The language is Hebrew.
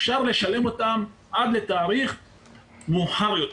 אפשר לשלם אותם עד לתאריך מאוחר יותר